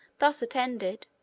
thus attended,